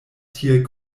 tiel